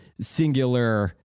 singular